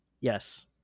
Yes